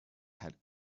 had